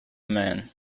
man